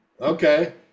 Okay